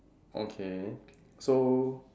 okay so